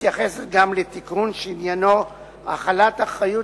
מתייחסת גם לתיקון שעניינו החלת אחריות